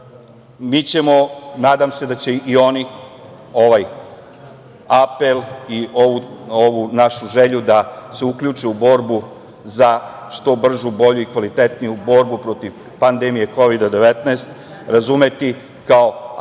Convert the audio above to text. ćemo, nadam se da će i oni ovaj apel i ovu našu želju da se uključe u borbu za što bržu, bolju i kvalitetniju borbu protiv pandemije Kovida 19 razumeti kao apel